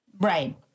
Right